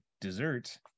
dessert